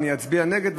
אני אצביע נגד,